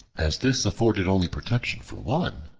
as this afforded only protection for one,